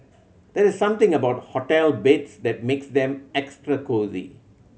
there's something about hotel beds that makes them extra cosy